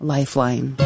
Lifeline